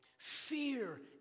Fear